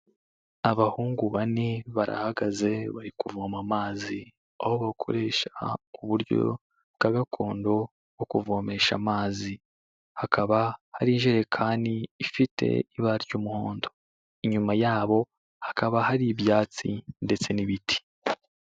Abahungu bane barahagaze bari kuvoma amazi, aho bakoresha uburyo bwa gakondo bwo kuvomesha amazi hakaba hari ijerekani ifite ibara ry'umuhondo inyuma yabo hakaba hari ibyatsi ndetse n'ibiti.